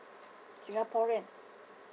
singaporean